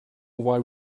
why